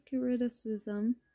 criticism